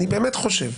אני באמת חושב,